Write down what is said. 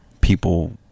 people